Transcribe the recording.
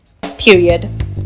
period